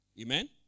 Amen